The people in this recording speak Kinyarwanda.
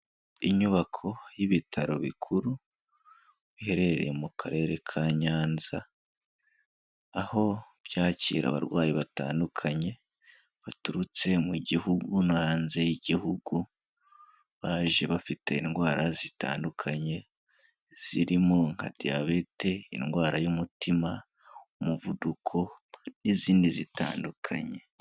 Inyubako y'ibitaro bikuru biherereye mu karere ka Nyanza, aho byakira abarwayi batandukanye baturutse mu gihugu no hanze y'igihugu, baje bafite indwara zitandukanye zirimo nka diyabete indwara y'umutima umuvuduko n'izindi zitandukanye.